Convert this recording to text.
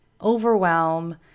overwhelm